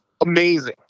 amazing